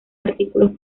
artículos